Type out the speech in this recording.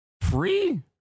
free